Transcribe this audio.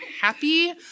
happy